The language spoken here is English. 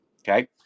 Okay